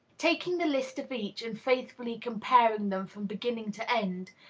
taking the lists of each, and faithfully comparing them from beginning to end,